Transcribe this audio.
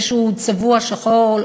זה שהוא צבוע שחור,